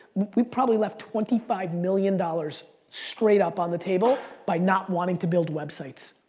we probably left twenty five million dollars straight up on the table, by not wanting to build websites.